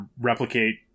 replicate